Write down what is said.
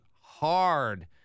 hard